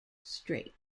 strait